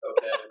Okay